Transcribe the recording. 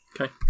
Okay